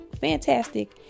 fantastic